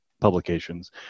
publications